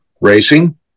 racing